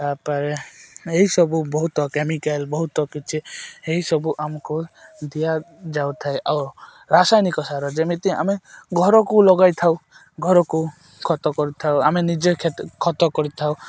ତା'ପରେ ଏହିସବୁ ବହୁତ କେମିକାଲ୍ ବହୁତ କିଛି ଏହିସବୁ ଆମକୁ ଦିଆଯାଉଥାଏ ଆଉ ରାସାୟନିକ ସାର ଯେମିତି ଆମେ ଘରକୁ ଲଗାଇଥାଉ ଘରକୁ ଖତ କରିଥାଉ ଆମେ ନିଜେ ଖତ କରିଥାଉ